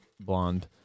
blonde